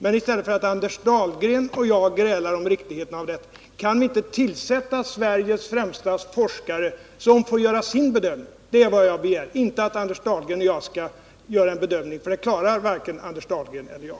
Men jag tycker, Anders Dahlgren, att vi i stället för att gräla om riktigheten av dessa påståenden skall tillsätta en arbetsgrupp där Sveriges z 79 främsta forskare får göra sin bedömning. Det är vad jag har begärt — inte att Anders Dahlgren och jag skall göra någon bedömning, för det klarar varken Anders Dahlgren eller jag.